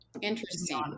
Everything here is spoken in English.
Interesting